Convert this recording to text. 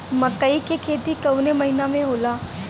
मकई क खेती कवने महीना में होला?